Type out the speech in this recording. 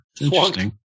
Interesting